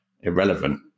irrelevant